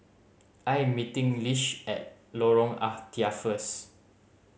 I am meeting Lish at Lorong Ah Thia first